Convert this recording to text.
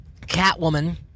Catwoman